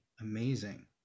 amazing